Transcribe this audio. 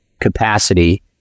capacity